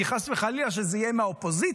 כי חס וחלילה שזה יהיה מהאופוזיציה.